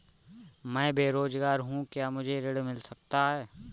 मैं बेरोजगार हूँ क्या मुझे ऋण मिल सकता है?